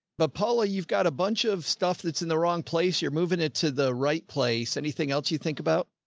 but paula, you've got a bunch of stuff that's in the wrong place. you're moving it to the right place. anything else you think about?